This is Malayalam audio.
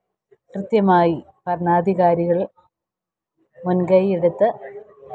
കൃത്യമായി ഭരണാധികാരികൾ മുൻകൈ എടുത്ത്